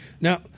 now